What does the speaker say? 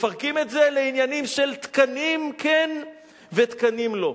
מפרקים את זה לעניינים של תקנים כן ותקנים לא.